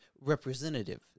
representative